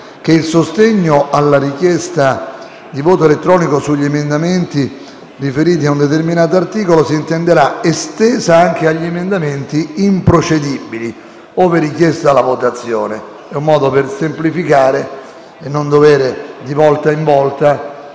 che il sostegno alla richiesta di voto elettronico sugli emendamenti riferiti ad un determinato articolo si intenderà estesa anche agli emendamenti improcedibili, ove ne venga richiesta la votazione: è un modo per semplificare nel caso di emendamenti